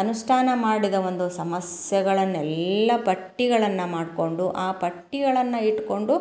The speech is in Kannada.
ಅನುಷ್ಠಾನ ಮಾಡಿದ ಒಂದು ಸಮಸ್ಯೆಗಳನ್ನೆಲ್ಲ ಪಟ್ಟಿಗಳನ್ನು ಮಾಡಿಕೊಂಡು ಆ ಪಟ್ಟಿಗಳನ್ನು ಇಟ್ಟುಕೊಂಡು